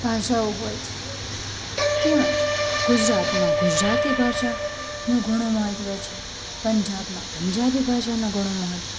ભાષાઓ હોય છે તેમજ ગુજરાતમાં ગુજરાતી ભાષાનું ઘણું મહત્ત્વ છે પંજાબમાં પંજાબી ભાષાનું ઘણું મહત્ત્વ છે